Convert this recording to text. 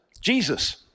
Jesus